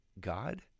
God